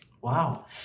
Wow